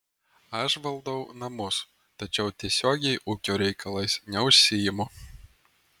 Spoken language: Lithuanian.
aš valdau namus tačiau tiesiogiai ūkio reikalais neužsiimu